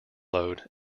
load